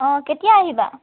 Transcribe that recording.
অঁ কেতিয়া আহিবা